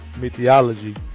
mythology